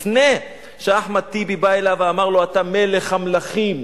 לפני שאחמד טיבי בא אליו ואמר לו: אתה מלך המלכים.